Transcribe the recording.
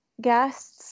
guests